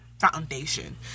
foundation